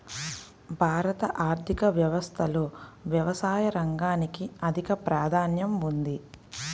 భారత ఆర్థిక వ్యవస్థలో వ్యవసాయ రంగానికి అధిక ప్రాధాన్యం ఉంది